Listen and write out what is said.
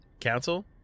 council